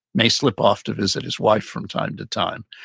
may slip off to visit his wife from time to time.